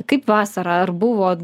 kaip vasarą ar buvo